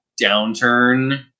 downturn